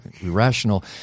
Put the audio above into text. irrational